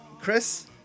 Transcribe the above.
Chris